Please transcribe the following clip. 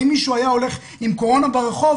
אם מישהו היה הולך עם קורונה ברחוב,